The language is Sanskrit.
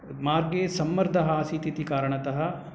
मार्गे सम्मर्दः आसीत् इति कारणतः